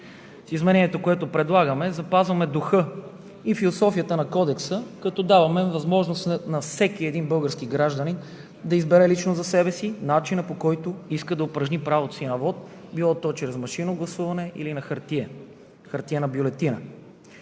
С изменението, което предлагаме, запазваме духа и философията на Кодекса, като даваме възможност на всеки един български гражданин да избере лично за себе си начина, по който иска да упражни правото си на вот – било то чрез машинно гласуване или хартиена бюлетина.